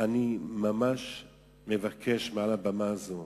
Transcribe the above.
אבל אני מבקש מעל במה זאת